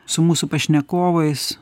su mūsų pašnekovais